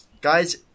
Guys